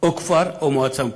או כפר או מועצה מקומית.